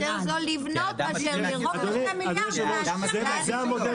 אדוני היושב-ראש, זה המודל שאנחנו מביאים.